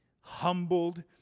humbled